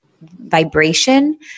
vibration